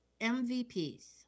MVPs